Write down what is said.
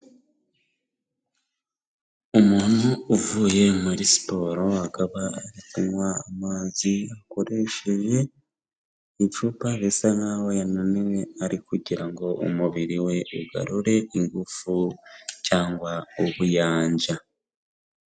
Umuntu uvuye muri siporo, akaba ari kunywa amazi akoresheje icupa, bisa nkaho yananiwe ari kugira ngo umubiri we ugarure ingufu cyangwa ubuyanja.